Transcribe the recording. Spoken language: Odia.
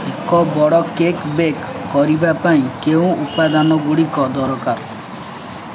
ଏକ ବଡ଼ କେକ୍ ବେକ୍ କରିବା ପାଇଁ କେଉଁ ଉପାଦାନ ଗୁଡ଼ିକ ଦରକାର